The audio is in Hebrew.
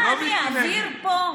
מה, אני אוויר פה?